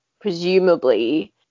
presumably